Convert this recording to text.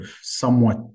somewhat